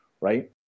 right